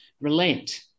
relent